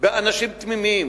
באנשים תמימים.